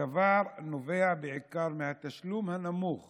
הדבר נובע בעיקר מהתשלום הנמוך